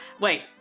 Wait